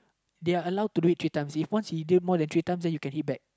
they are allowed to do it three times if once they do more than three times then you can hit back